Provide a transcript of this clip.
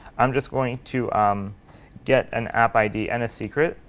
i'm just going to um get an app id and a secret,